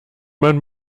man